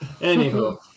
Anywho